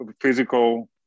physical